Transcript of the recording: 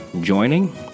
joining